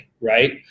right